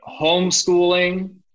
Homeschooling